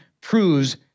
proves